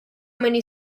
many